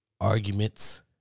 arguments